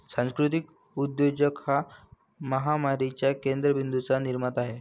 सांस्कृतिक उद्योजक हा महामारीच्या केंद्र बिंदूंचा निर्माता आहे